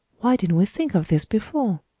why didn't we think of this before?